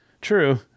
True